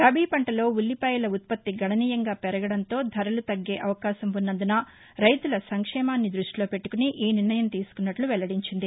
రబి పంటలో ఉల్లిపాయల ఉత్పత్తి గణనీయంగా పెరగడంతో ధరలు తగ్గే అవకాశం ఉన్నందున రైతుల సంక్షేమాన్ని దృష్ణిలోపెట్లుకుని ఈ నిర్ణయం తీసుకున్నట్లు వెల్లడించింది